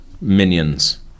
minions